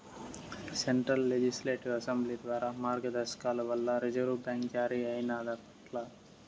central legislative assembly ద్వారా మార్గదర్శకాల వల్ల రిజర్వు బ్యాంక్ జారీ అయినాదప్పట్ల